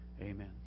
Amen